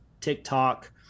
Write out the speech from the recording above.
TikTok